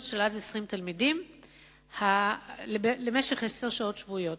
של עד 20 תלמידים במשך עשר שעות שבועיות.